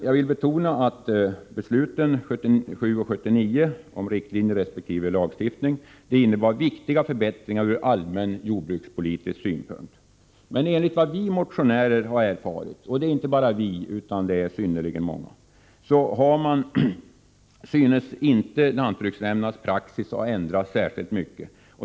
Jag vill betona att besluten 1977 och 1979 om riktlinjer resp. lagstiftning innebar viktiga förbättringar ur allmän jordbrukspolitisk synpunkt. Men enligt vad vi motionärer och många andra har erfarit synes inte lantbruksnämndernas praxis ha ändrats särskilt mycket.